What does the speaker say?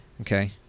Okay